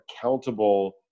accountable